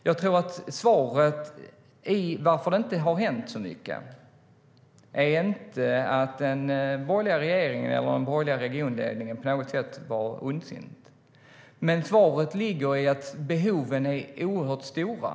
Jag tror inte att svaret på varför det inte har hänt så mycket är att den borgerliga regeringen eller den borgerliga regionledningen var ondsint på något sätt. Svaret ligger i att behoven är oerhört stora.